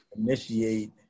initiate